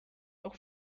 auch